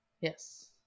Yes